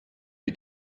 die